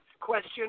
Question